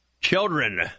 Children